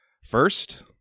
First